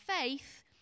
faith